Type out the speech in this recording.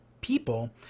people